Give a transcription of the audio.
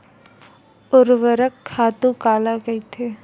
ऊर्वरक खातु काला कहिथे?